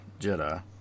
Jedi